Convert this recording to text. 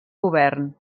govern